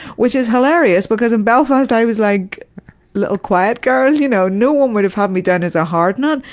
which is hilarious because in belfast i was like little quiet girl, you know, no one would have had me down as a hard nut.